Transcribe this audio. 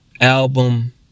album